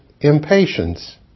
impatience